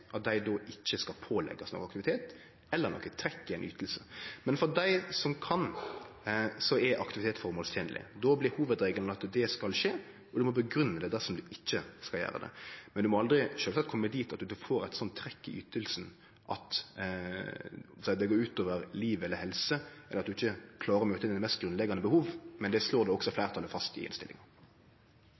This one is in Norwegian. skal dei då ikkje påleggjast aktivitet eller trekk i ei yting. Men for dei som kan, er aktivitet føremålstenleg. Då blir hovudregelen at det skal skje, og ein må grunngje det dersom ein ikkje skal gjere det. Men ein må sjølvsagt aldri kome dit at ein får eit slikt trekk i ytinga at det går ut over liv eller helse, eller at ein ikkje klarer å få oppfylt sine mest grunnleggjande behov, men det slår fleirtalet fast i innstillinga.